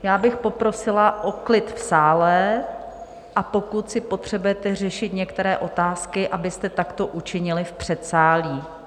Já bych poprosila o klid v sále, a pokud si potřebujete řešit některé otázky, abyste takto učinili v předsálí.